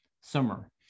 summer